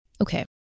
okay